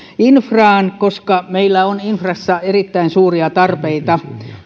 infraan koska meillä on infrassa erittäin suuria tarpeita